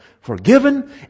forgiven